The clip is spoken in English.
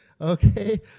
Okay